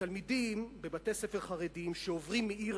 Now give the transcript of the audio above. שתלמידים בבתי-ספר חרדיים שעוברים מעיר